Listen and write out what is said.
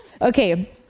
Okay